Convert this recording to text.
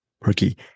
Perky